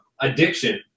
addiction